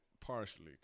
partially